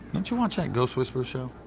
don't you watch that ghost whisperers show?